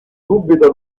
subito